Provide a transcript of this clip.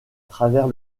travers